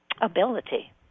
ability